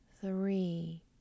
three